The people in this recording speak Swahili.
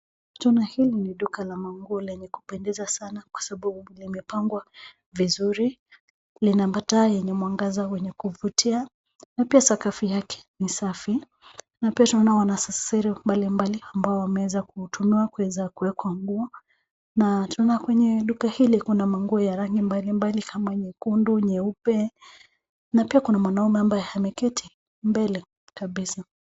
Tunaona hili ni duka la manguo lenye kupendeza sana kwa sababu limepangwa vizuri. Lina mataa yenye mwangaza wenye kuvutia na pia sakafu yake ni safi na pia tunaona wanasesere mbalimbali ambao wamewezwa kutumiwa kuweza kuweka nguo na tunaona kwenye duka hili kuna manguo ya rangi mbalimbali kama nyekundu, nyeupe na pia kuna mwanamume ambaye ameketi mbele kabisa.